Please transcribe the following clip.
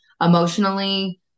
emotionally